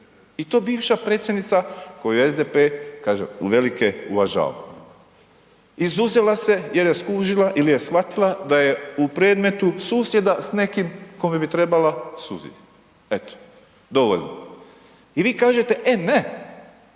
i to bivša predsjednica koju SDP kažem u velike uvažava. Izuzela se jer je skužila ili je shvatila da je u predmetu susjeda s nekim kome bi trebala suditi. Eto, dovoljno. I vi kažete, e ne,